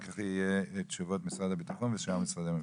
כך יהיו תשובות של משרד הביטחון ושאר משרדי הממשלה.